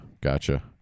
gotcha